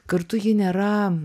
kartu ji nėra